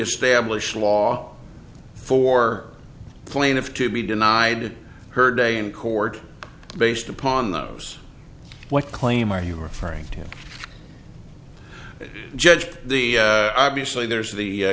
established law for the plaintiff to be denied her day in court based upon those what claim are you referring to judge the obviously there's the